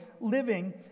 living